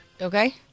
Okay